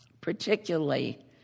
particularly